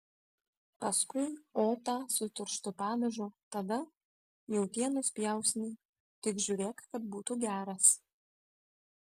paskui otą su tirštu padažu tada jautienos pjausnį tik žiūrėk kad būtų geras